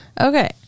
Okay